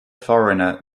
foreigner